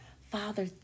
Father